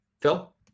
phil